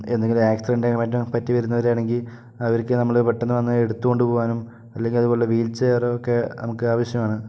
എന്തെങ്കിലും ആക്സിഡൻ്റായി മറ്റും പറ്റി വരുന്നവരാണെങ്കിൽ അവർക്ക് നമ്മള് പെട്ടന്ന് വന്ന് എടുത്ത് കൊണ്ടുപോവാനും അല്ലെങ്കിൽ അതുപോലെ വീൽ ചെയറൊക്കെ നമുക്ക് ആവശ്യമാണ്